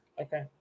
Okay